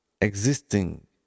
existing